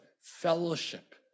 fellowship